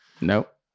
Nope